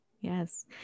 Yes